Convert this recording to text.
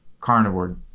carnivore